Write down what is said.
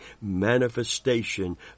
manifestation